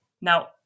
Now